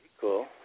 cool